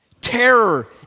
Terror